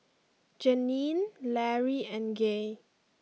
Jeanine Larry and Gaye